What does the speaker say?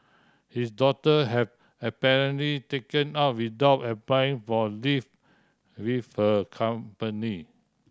his daughter had apparently taken off without applying for leave with her company